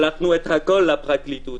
שלחנו את הכול לפרקליטות